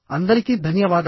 అందరికి ధన్యవాదాలు